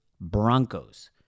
Broncos